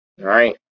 right